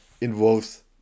involves